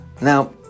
Now